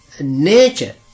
nature